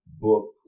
book